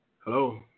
hello